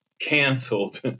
canceled